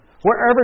Wherever